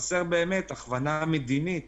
חסרה הכוונה מדינית